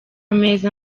meza